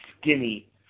skinny